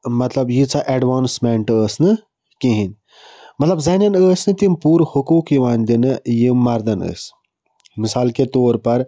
مطلب ییٖژاہ ایٚڈوانٕسمیٚنٛٹ ٲسۍ نہٕ کِہیٖنۍ مطلب زَنیٚن ٲسۍ نہٕ تِم پوٗرٕ حقوٗق یِوان دِنہٕ یِم مَردَن ٲسۍ مثال کے طور پر